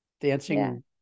dancing